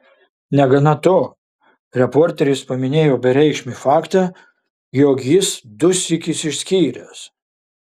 negana to reporteris paminėjo bereikšmį faktą jog jis dusyk išsiskyręs